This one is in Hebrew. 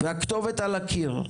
והכתובת על הקיר.